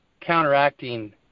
counteracting